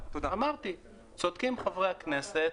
אמרתי, צודקים חברי הכנסת.